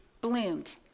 bloomed